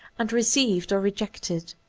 and received or rejected.